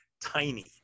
tiny